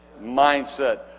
mindset